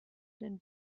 den